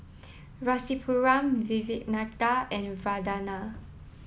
Rasipuram Vivekananda and Vandana